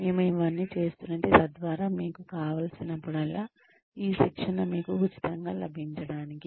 మేము ఇవన్నీ చేస్తున్నది తద్వారా మీకు కావలసినప్పుడల్లా ఈ శిక్షణ మీకు ఉచితంగా లబించటానికి